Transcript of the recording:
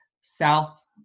South